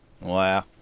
Wow